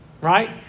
right